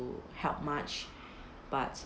help much but